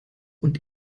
und